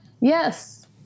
yes